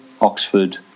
Oxford